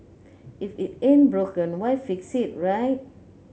if it ain't broken why fix it right